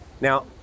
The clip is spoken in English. Now